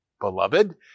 beloved